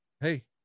Hey